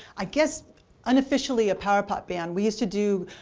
i guess unofficially a power pop band. we used to do